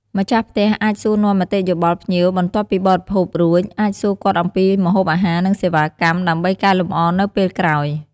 ម្ចាស់ផ្ទះអាចសួរនាំមតិយោបល់ភ្ញៀវបន្ទាប់ពីបរិភោគរួច អាចសួរគាត់អំពីម្ហូបអាហារ និងសេវាកម្ម ដើម្បីកែលម្អនៅពេលក្រោយ។